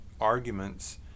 arguments